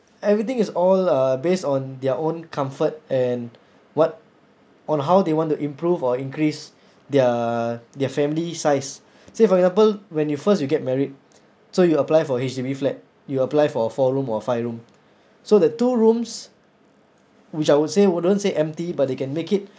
everything is all uh based on their own comfort and what on how they want to improve or increase their their family size say for example when you first you get married so you apply for H_D_B flat you apply for four room or five room so the two rooms which I would say wouldn't say empty but they can make it